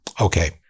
Okay